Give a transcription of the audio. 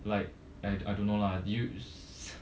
like I I don't know lah you